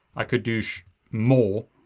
i could do more.